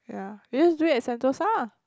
yeah you just do it at Sentosa ah